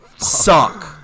suck